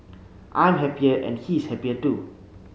I'm happier and he's happier too